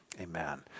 amen